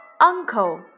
Uncle